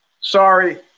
Sorry